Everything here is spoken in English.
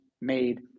made